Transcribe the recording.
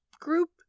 group